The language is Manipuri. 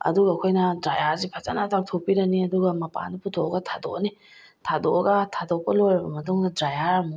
ꯑꯗꯨꯒ ꯑꯩꯈꯣꯏꯅ ꯗ꯭ꯔꯥꯏꯌꯔꯁꯦ ꯐꯖꯅ ꯇꯧꯊꯣꯛꯄꯤꯔꯅꯤ ꯑꯗꯨꯒ ꯃꯄꯥꯅꯗ ꯄꯨꯊꯣꯛꯑꯒ ꯊꯥꯗꯣꯛꯑꯅꯤ ꯊꯥꯗꯣꯛꯑꯒ ꯊꯥꯗꯣꯛꯄ ꯂꯣꯏꯔꯕ ꯃꯇꯨꯡꯗ ꯗ꯭ꯔꯥꯏꯌꯔ ꯑꯃꯨꯛ